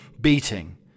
beating